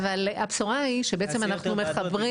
הבשורה היא, שבעצם אנחנו מחברים